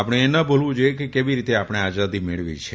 આપણે એ ન ભુલવું જાઈએ કે કેવી રીતે આપણે આઝાદી મેળવી છે